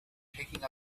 taking